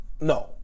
no